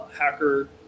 hacker